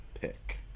pick